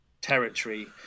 territory